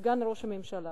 סגן ראש הממשלה.